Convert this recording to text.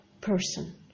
person